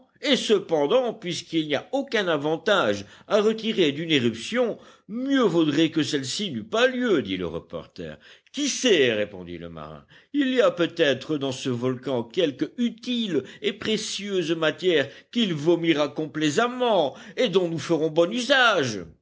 et cependant puisqu'il n'y a aucun avantage à retirer d'une éruption mieux vaudrait que celle-ci n'eût pas lieu dit le reporter qui sait répondit le marin il y a peut-être dans ce volcan quelque utile et précieuse matière qu'il vomira complaisamment et dont nous ferons bon usage